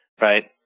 right